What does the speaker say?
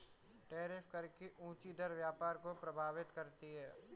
tariff कर की ऊँची दर व्यापार को प्रभावित करती है